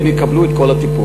והם יקבלו את כל הטיפול.